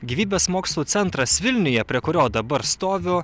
gyvybės mokslų centras vilniuje prie kurio dabar stoviu